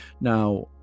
Now